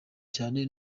cyane